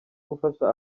gufasha